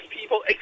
people